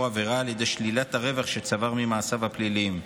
עבירה על ידי שלילת הרווח שצבר ממעשיו הפליליים.